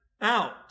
out